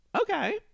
okay